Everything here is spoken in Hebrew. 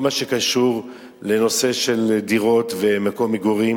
מה שקשור לנושא של דירות ומקום מגורים